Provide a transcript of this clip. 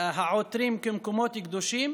העותרים כמקומות קדושים.